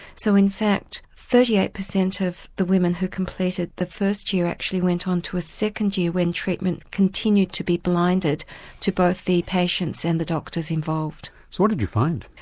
so in fact thirty eight percent of the women who completed the first year actually went on to a second year when treatment continued to be blinded to both the patients and the doctors involved. so what did you find?